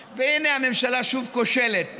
היושב-ראש, הינה הממשלה שוב כושלת.